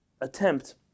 attempt